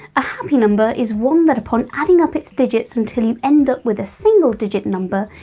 a happy number is one that upon adding up its digits until you end up with a single digit number,